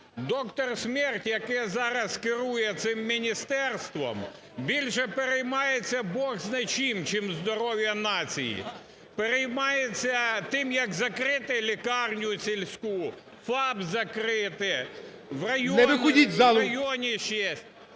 "доктор смерть", який зараз керує цим міністерством, більше переймається бозна-чим, чим здоров'ям нації. Переймається тим, як закрити лікарню сільську, ФАП закрити, в району